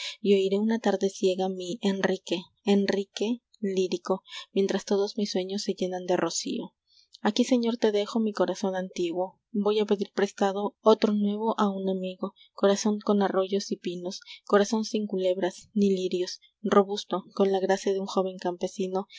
de lirios y oiré una tarde ciega mi enrique enrique lírico mientras todos mis sueños se llenan de rocío aquí señor te dejo mi corazón antiguo voy a pedir prestado otro nuevo a un amigo corazón con arroyos y pinos corazón sin culebras ni lirios robusto con la gracia de un joven campesino